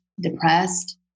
depressed